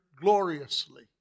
gloriously